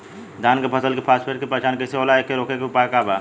धान के फसल के फारेस्ट के पहचान कइसे होला और एके रोके के उपाय का बा?